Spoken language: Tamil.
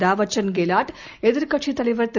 தாவர்சந்த் கேலாட் எதிர்கட்சித் தலைவர் திரு